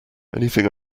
anything